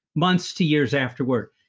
months to years afterward.